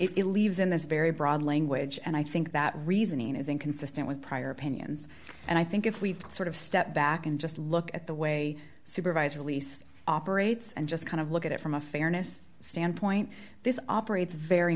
it leaves in this very broad language and i think that reasoning is inconsistent with prior opinions and i think if we sort of step back and just look at the way supervisor lease operates and just kind of look at it from a fairness standpoint this operates very